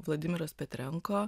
vladimiras petrenka